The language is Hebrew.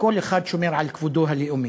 וכל אחד שומר על כבודו הלאומי.